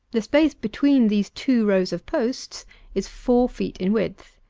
the space between these two rows of posts is four feet in width,